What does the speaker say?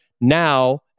Now